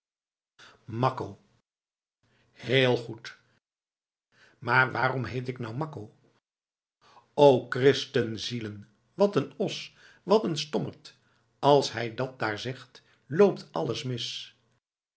makko goed heel goed maar waarom heet ik nou makko o kristenzielen wat een os wat een stommerd als hij dat dààr zegt loopt alles mis